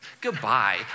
goodbye